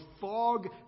fog